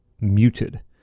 muted